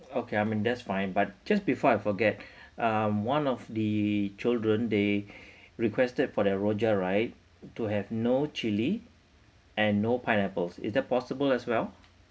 okay I'm in that's fine but just before I forget um one of the children they requested for the rojak right to have no chili and no pineapples is that possible as well